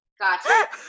Gotcha